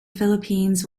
philippines